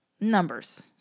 numbers